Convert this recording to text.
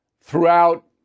throughout